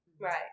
Right